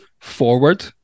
forward